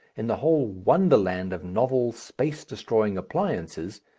in a whole wonderland of novel, space-destroying appliances,